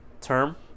term